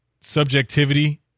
subjectivity